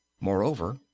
moreover